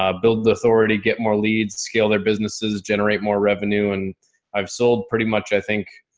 um build the authority, get more leads, scale their businesses, generate more revenue, and i've sold pretty much, i think,